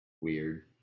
weird